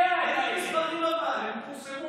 אבל, הם פורסמו